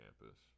campus